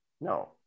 No